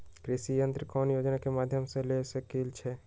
कृषि यंत्र कौन योजना के माध्यम से ले सकैछिए?